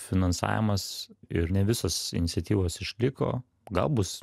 finansavimas ir ne visos iniciatyvos išliko gal bus